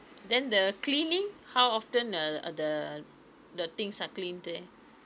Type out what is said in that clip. then the cleaning how often are are the the things are cleaned there